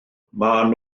maen